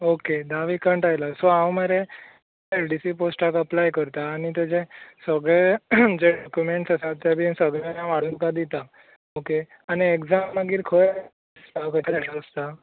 okay धा vacant आयला so हांव मरे एल डी सी पॉस्टाक एप्लाय करता आनी तेजे सगळे जे डॉक्यूमँट्स आसा ते बीन सगळें हांव हाडून तुका दिता ऑके आनी एग्जाम मागीर खंय